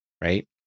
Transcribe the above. right